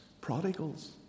prodigals